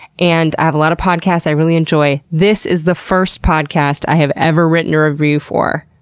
and i have a lot of podcasts i really enjoy. this is the first podcast i have ever written a review for.